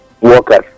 workers